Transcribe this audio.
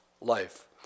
life